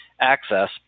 access